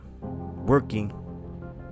working